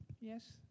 Yes